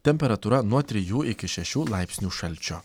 temperatūra nuo trijų iki šešių laipsnių šalčio